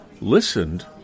listened